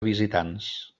visitants